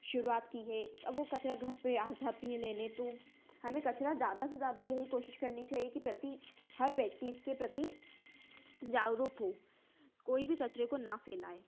शुरुआत की है अब वह कचरा घर पर आ जाती है लेने तो हमें कचरा ज़्यादा से ज़्यादा यही कोशिश करनी चाहिए कि प्रति हर व्यक्ति इसके प्रति जागरूक हो कोई भी कचरे को ना फैलाए